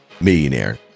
millionaire